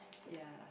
ya